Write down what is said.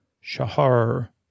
shahar